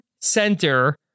Center